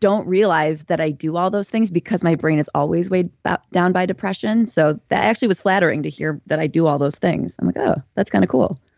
don't realize that i do all those things because my brain is always weighed down by depression. so that actually was flattering to hear that i do all those things. i'm like, oh, that's kind of cool.